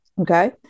Okay